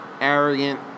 arrogant